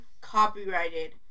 copyrighted